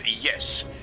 yes